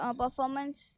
performance